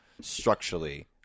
structurally